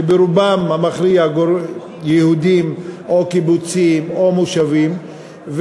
שברובם המכריע הם יהודיים, או קיבוצים או מושבים.